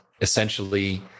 essentially